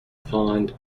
pond